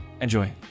Enjoy